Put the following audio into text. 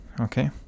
okay